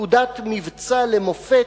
פקודת מבצע למופת,